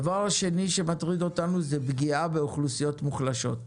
הדבר השני שמטריד אותנו זה פגיעה באוכלוסיות מוחלשות.